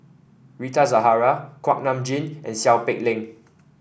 Rita Zahara Kuak Nam Jin and Seow Peck Leng